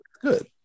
Good